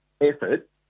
effort